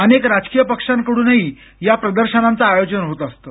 अनेक राजकीय पक्षांकडूनही या प्रदर्शनाचं आयोजन होत असतं